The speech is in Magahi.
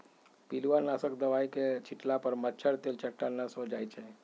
पिलुआ नाशक दवाई के छिट्ला पर मच्छर, तेलट्टा नष्ट हो जाइ छइ